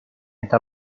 età